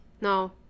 no